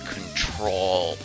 Control